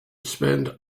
spend